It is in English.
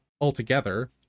altogether